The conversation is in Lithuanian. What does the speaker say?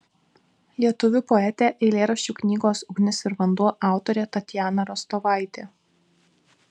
lietuvių poetė eilėraščių knygos ugnis ir vanduo autorė tatjana rostovaitė